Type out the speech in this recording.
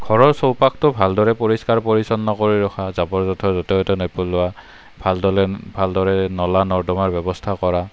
ঘৰৰ চৌপাশটো ভালদৰে পৰিষ্কাৰ পৰিচ্ছন্ন কৰি ৰখা জাবৰ জোথৰ য'তে ত'তে নেপেলোৱা ভালদলে ভালদৰে নলা নৰ্দমাৰ ব্যৱস্থা কৰা